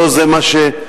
לא זה מה שנטען.